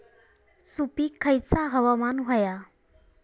सुपरिक खयचा हवामान होया?